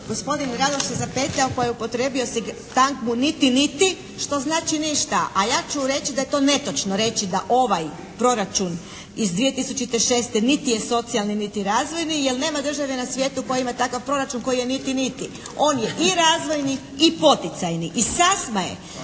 gospodin Radoš se zapetljao pa je upotrijebio sintagmu niti niti, što znači ništa. A ja ću reći da je to netočno reći da ovaj proračun iz 2006. niti je socijalni niti razvojni jer nema države na svijetu koja ima takav proračun koji je niti niti. On je i razvojni i poticajni i sasvim je